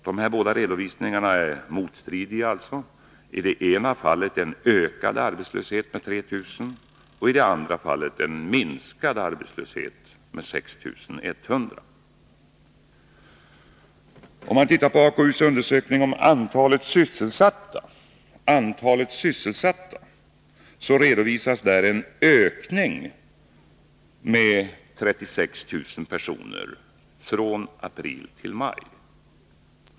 De här båda redovisningarna är motstridiga — i det ena fallet anges alltså en ökad arbetslöshet med 3000 personer och i det andra en minskad arbetslöshet med 6 100. Om man tittar på AKU:s undersökning om antalet sysselsatta, så finner man att där redovisas en ökning med 36 000 personer från april till maj.